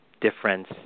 difference